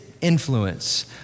influence